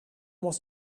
was